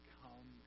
come